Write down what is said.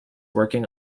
working